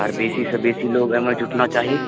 आर बेसीसँ बेसी लोक एहिमे जुटना चाही